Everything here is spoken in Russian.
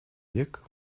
век